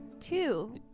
Two